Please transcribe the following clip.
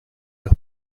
los